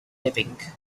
living